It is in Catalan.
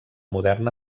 modern